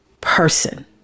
person